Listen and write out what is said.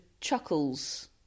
chuckles